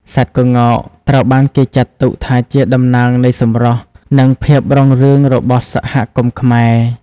សត្វក្ងោក ត្រូវបានគេចាត់ទុកថាជាតំណាងនៃសម្រស់ និងភាពរុងរឿងរបស់សហគមន៍ខ្មែរ។